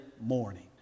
morning